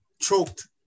choked